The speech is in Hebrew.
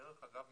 דרך אגב,